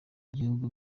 ibihugu